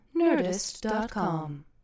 nerdist.com